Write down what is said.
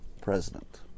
president